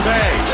Bay